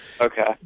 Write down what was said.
Okay